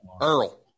Earl